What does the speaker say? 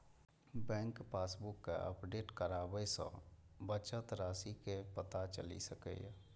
bank passbook कें update कराबय सं बचत राशिक पता चलि सकैए